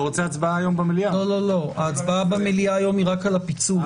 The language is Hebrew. ההצבעה במליאה היום זה רק על הפיצול,